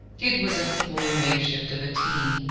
it was a poor makeshift of a team,